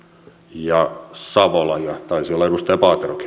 ja savola ja taisi tarttua edustaja paaterokin